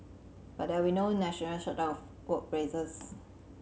but there will no national shutdown workplaces